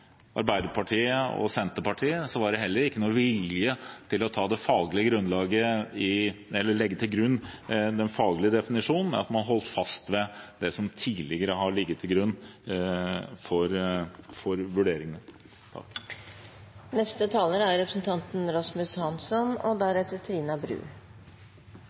det heller ikke noen vilje til å legge til grunn den faglige definisjonen. Man holdt fast ved det som tidligere har ligget til grunn for vurderingene. Til representanten Elvestuen vil jeg understreke at vi stemmer for dette forslaget om verneområder fordi det isolert sett er